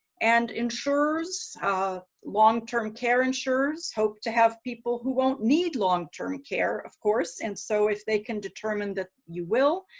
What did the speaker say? and insurers. long term care insurers hope to have people who won't need long term care of course and so if they can determine that you will,